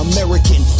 American